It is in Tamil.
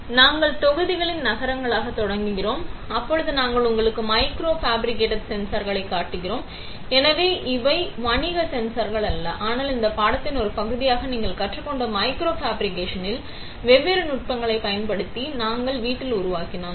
இன்று நாங்கள் தொகுதிகளின் நகரங்களாகத் தொடங்குகிறோம் அங்கு நாங்கள் உங்களுக்கு மைக்ரோ ஃபேப்ரிக்கேட்டட் சென்சார்களைக் காட்டுகிறோம் எனவே இவை வணிக சென்சார்கள் அல்ல ஆனால் இந்த பாடத்தின் ஒரு பகுதியாக நீங்கள் கற்றுக்கொண்ட மைக்ரோ ஃபேப்ரிக்கேஷனின் வெவ்வேறு நுட்பங்களைப் பயன்படுத்தி நாங்கள் வீட்டில் உருவாக்கினோம்